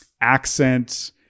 accent